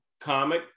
comic